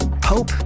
hope